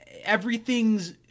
everything's